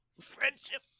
friendship